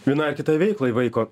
vienai ar kitai veiklai vaiko